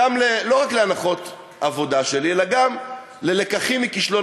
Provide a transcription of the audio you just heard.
לא רק להנחות העבודה שלי, אלא גם ללקחים מכישלון